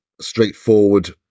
straightforward